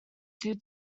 due